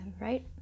right